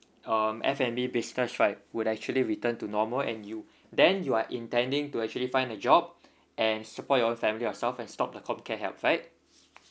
um F and B business right would actually return to normal and you then you are intending to actually find a job and support your family yourself and stop the comcare help right